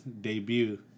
debut